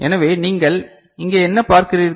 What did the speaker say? எனவே நீங்கள் இங்கே என்ன பார்க்கிறீர்கள்